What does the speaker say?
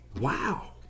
wow